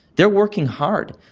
they are working hard.